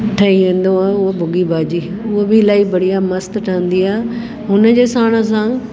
ठहीं वेंदव उहा भुॻी भाॼी हू बि इलाही बढ़िया मस्तु ठहंदी आहे हुन जे साणि असां